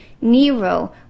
Nero